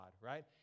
right